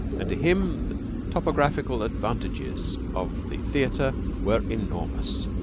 and to him the topographical advantages of the theater were enormous.